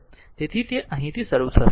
તેથી તે અહીંથી શરૂ થશે